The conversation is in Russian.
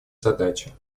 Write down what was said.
задача